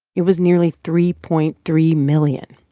it was nearly three point three million.